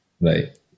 Right